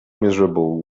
miserable